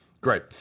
Great